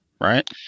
right